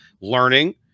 learning